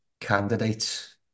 candidates